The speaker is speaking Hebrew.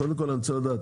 קודם כל אני רוצה לדעת,